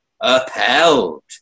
Upheld